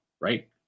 right